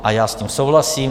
A já s tím souhlasím.